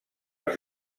els